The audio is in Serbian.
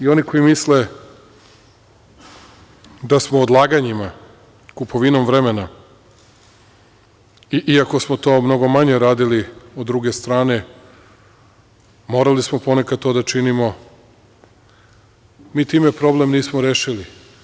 Oni koji misle da smo odlaganjima, kupovinom vremena, iako smo to mnogo manje radili u druge strane, morali smo ponekad to da činimo, mi time problem nismo rešili.